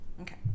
Okay